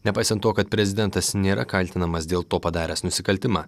nepaisant to kad prezidentas nėra kaltinamas dėl to padaręs nusikaltimą